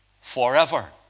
Forever